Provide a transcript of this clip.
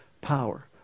power